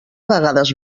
vegades